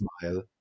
smile